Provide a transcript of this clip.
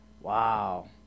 Wow